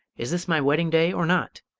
is this my wedding day or not?